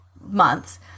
months